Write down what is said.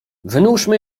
wynurzymy